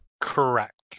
Correct